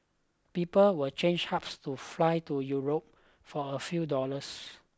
people will change hubs to fly to Europe for a few dollars